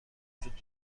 وجود